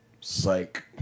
Psych